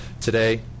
today